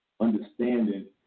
understanding